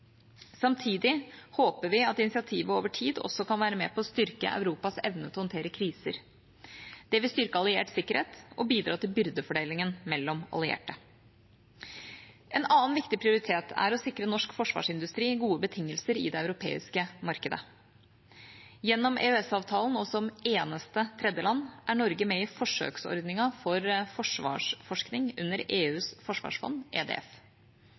Samtidig håper vi at initiativet over tid kan være med på å styrke Europas evne til å håndtere kriser. Det vil styrke alliert sikkerhet og bidra til byrdefordelingen mellom allierte. En annen viktig prioritet er å sikre norsk forsvarsindustri gode betingelser i det europeiske markedet. Gjennom EØS-avtalen, og som eneste tredjeland, er Norge med i forsøksordningen for forsvarsforskning under EUs forsvarsfond, EDF.